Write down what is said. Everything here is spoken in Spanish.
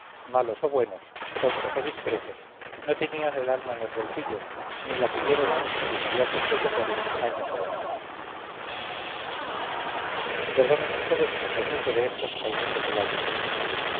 malos o buenos tontos o discretos no tenían el alma en los bolsillos ni la tuvieron aun sus inmediatos sucesores años adelante perdonen ustedes si me ocupo de estos sainetes de la epopeya